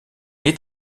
est